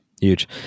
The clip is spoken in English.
huge